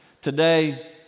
Today